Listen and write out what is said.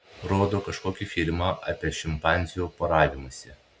rodo kažkokį filmą apie šimpanzių poravimąsi